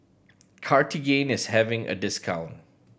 Cartigain is having a discount